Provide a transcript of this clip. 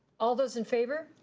all those in favor?